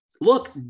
Look